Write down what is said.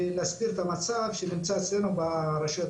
ולהסביר את המצב שנמצא אצלנו ברשויות.